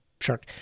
shark